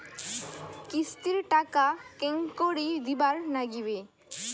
কিস্তির টাকা কেঙ্গকরি দিবার নাগীবে?